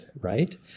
right